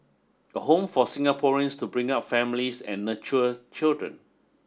a home for Singaporeans to bring up families and nurture children